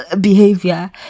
behavior